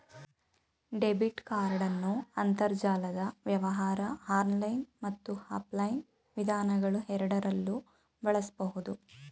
debit ಕಾರ್ಡನ್ನು ಅಂತರ್ಜಾಲದ ವ್ಯವಹಾರ ಆನ್ಲೈನ್ ಮತ್ತು ಆಫ್ಲೈನ್ ವಿಧಾನಗಳುಎರಡರಲ್ಲೂ ಬಳಸಬಹುದು